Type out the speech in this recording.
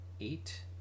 eight